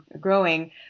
growing